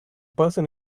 person